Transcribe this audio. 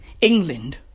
England